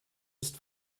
ist